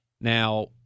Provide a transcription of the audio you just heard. Now